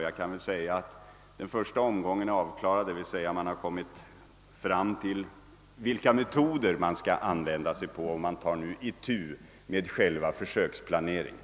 Jag kan svara att den första omgången är avklarad — man har kommit fram till vilka metoder som skall användas och tar nu itu med själva försöksplaneringen.